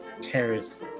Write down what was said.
terrorist